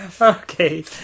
Okay